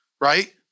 right